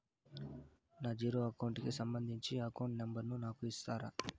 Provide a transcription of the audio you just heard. నా zero account కి సంబంధించి అకౌంట్ నెంబర్ ను నాకు ఇస్తారా